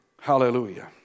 hallelujah